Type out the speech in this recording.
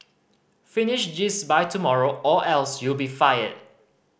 finish this by tomorrow or else you be fired